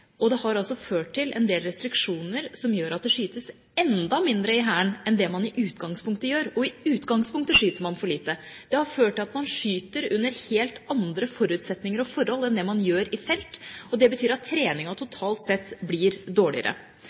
altså ført til en del restriksjoner som gjør at det skytes enda mindre i Hæren enn det man i utgangspunktet gjør, og i utgangspunktet skyter man for lite. Det har ført til at man skyter under helt andre forutsetninger og forhold enn det man gjør i felt, og det betyr at treningen totalt sett blir dårligere.